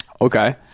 Okay